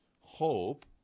hope